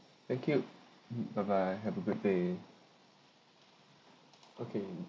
thank you mm bye bye have a good day okay